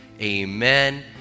amen